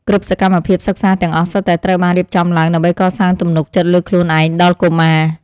គ្រប់សកម្មភាពសិក្សាទាំងអស់សុទ្ធតែត្រូវបានរៀបចំឡើងដើម្បីកសាងទំនុកចិត្តលើខ្លួនឯងដល់កុមារ។